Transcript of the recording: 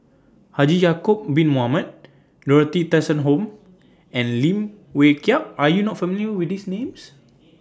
Haji Ya'Acob Bin Mohamed Dorothy Tessensohn and Lim Wee Kiak Are YOU not familiar with These Names